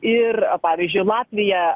ir pavyzdžiui latvija